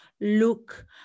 look